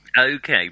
Okay